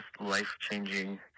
life-changing